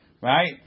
Right